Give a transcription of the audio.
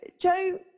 Joe